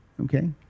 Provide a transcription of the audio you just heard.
Okay